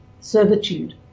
servitude